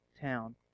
town